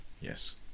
yes